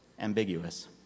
ambiguous